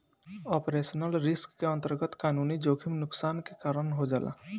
operational risk के अंतरगत कानूनी जोखिम नुकसान के कारन हो जाला